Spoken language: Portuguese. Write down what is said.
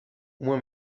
uma